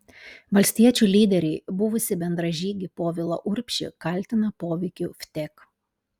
valstiečių lyderiai buvusį bendražygį povilą urbšį kaltina poveikiu vtek